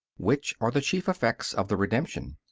which are the chief effects of the redemption?